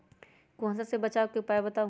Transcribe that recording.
कुहासा से बचाव के उपाय बताऊ?